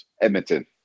Edmonton